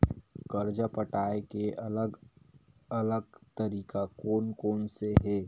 कर्जा पटाये के अलग अलग तरीका कोन कोन से हे?